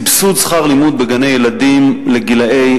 סבסוד שכר לימוד בגני-ילדים לגילאי